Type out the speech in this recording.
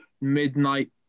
Midnight